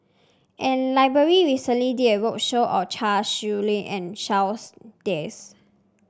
an library recently did a roadshow on Chia Shi Lu and Charles Dyce